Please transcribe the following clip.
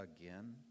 again